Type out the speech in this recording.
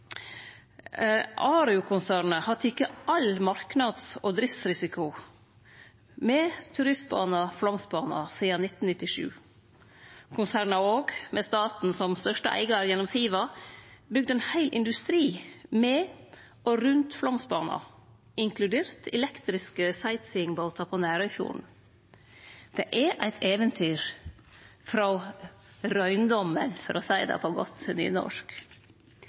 har teke all marknads- og driftsrisiko med turistbana Flåmsbana sidan 1997. Konsernet har òg, med staten som største eigar gjennom Siva, bygd ein heil industri med og rundt Flåmsbana, inkludert elektriske sightseeingbåtar på Nærøyfjorden. Det er eit eventyr frå røyndommen, for å seie det på